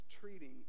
treating